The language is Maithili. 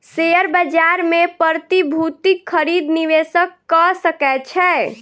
शेयर बाजार मे प्रतिभूतिक खरीद निवेशक कअ सकै छै